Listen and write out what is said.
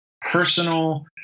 personal